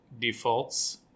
defaults